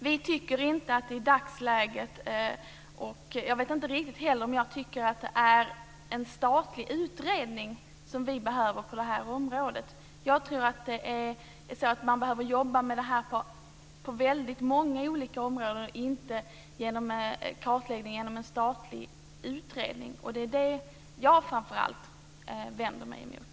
Jag tycker inte riktigt att det är en statlig utredning vi behöver på det här området. Jag tror att man behöver jobba med det här på väldigt många olika områden, men inte med kartläggning genom en statlig utredning. Det är det jag framför allt vänder mig emot.